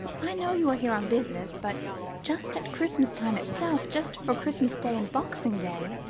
i know you are here on business, but just at christmas time itself, just for christmas day and boxing day,